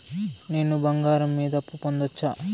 నేను బంగారం మీద అప్పు పొందొచ్చా?